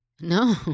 no